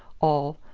all,